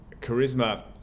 Charisma